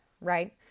right